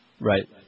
Right